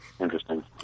Interesting